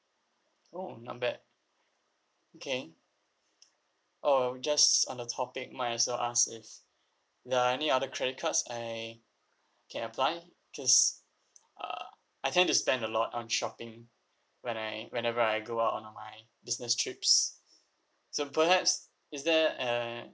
oh not bad okay oh just on the topic might as well ask if there are any other credit cards I can apply just uh I tend to spend a lot on shopping when I whenever I go out on my business trips so perhaps is there err